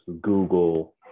Google